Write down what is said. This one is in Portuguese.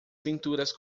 pinturas